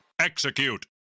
execute